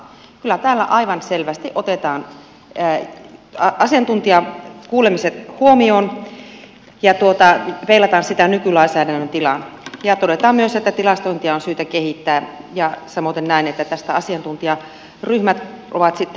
kyllä täällä aivan selvästi otetaan asiantuntijakuulemiset huomioon ja peilataan niitä nykylainsäädännön tilaan ja todetaan myös että tilastointia on syytä kehittää ja samoiten näin että tästä asiantuntijaryhmät on sitten asetettu